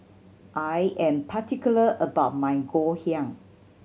I am particular about my Ngoh Hiang